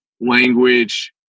language